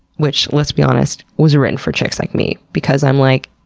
which, let's be honest, was written for chicks like me, because i'm, like,